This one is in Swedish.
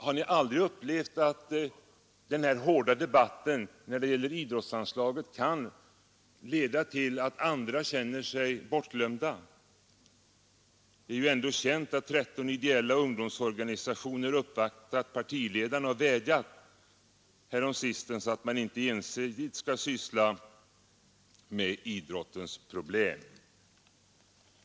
Har ni aldrig erfarit att den hårda debatten angående idrottsanslaget kan leda till att andra organisationer känner sig bortglömda? Det är ju ändå känt att 13 ideella ungdomsorganisationer uppvaktat partiledarna och vädjat att man inte ensidigt skall syssla med idrottens problem.